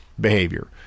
behavior